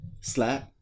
Slap